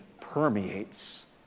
permeates